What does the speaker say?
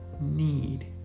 need